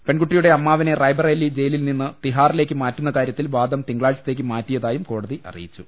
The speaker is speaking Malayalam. പെൺകുട്ടി യുടെ അമ്മാവനെ റായ്ബറേലി ജയിലിൽ നിന്ന് തിഹാറിലേക്ക് മാറ്റുന്ന കാര്യത്തിൽ വാദം തിങ്കളാഴ്ചത്തേക്ക് മാറ്റിയതായും കോടതി അറിയിച്ചു